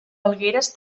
falgueres